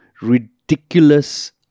ridiculous